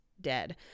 dead